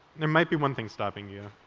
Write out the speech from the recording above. there might be one thing stopping you,